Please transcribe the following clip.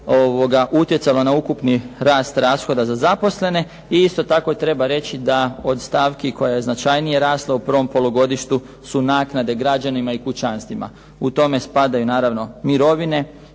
utjecalo na ukupni rast rashoda za zaposlene i isto tako treba reći da od stavki koja je značajnije rasla u prvom polugodištu su naknade građanima i kućanstvima. U tome spadaju naravno i mirovine.